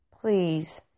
please